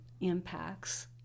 impacts